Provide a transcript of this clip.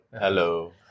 hello